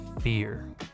Fear